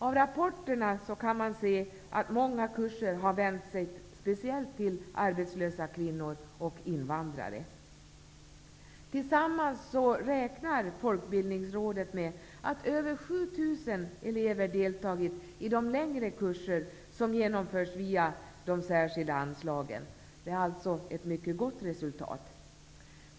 Av rapporterna kan man se att många kurser har vänt sig speciellt till arbetslösa kvinnor och invandrare. Folkbildningsrådet räknar med att tillsammans över 7 000 elever har deltagit i de längre kurser som genomförts via de särskilda anslagen. Det är alltså ett mycket gott resultat.